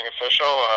official